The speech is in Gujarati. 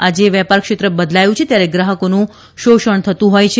આજ ેવેપારક્ષેત્ર બદલાયું છે ત્યારે ગ્રાહકોનું શોષણ થતું હોય છે